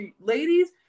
ladies